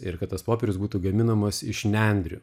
ir kad tas popierius būtų gaminamas iš nendrių